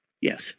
Yes